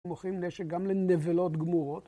מוכרים נשק גם לנבלות גמורות